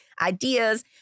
ideas